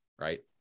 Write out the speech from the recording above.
Right